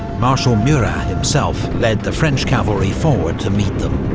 marshal murat himself led the french cavalry forward to meet them.